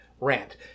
rant